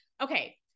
Okay